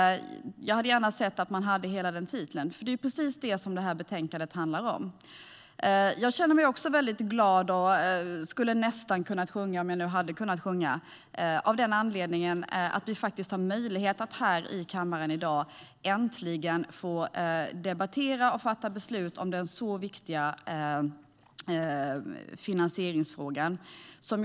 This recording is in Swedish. Jag hade gärna sett att propositionen och betänkandet hade haft hela den titeln. Det är nämligen precis det betänkandet handlar om. Jag känner mig också glad och skulle nästan kunna sjunga - om jag nu hade kunnat det - av den anledningen att vi i dag har möjlighet att äntligen debattera och sedan fatta beslut om denna viktiga finansieringsfråga här i kammaren.